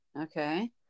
Okay